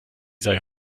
sei